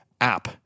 app